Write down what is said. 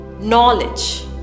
Knowledge